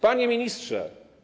Panie Ministrze!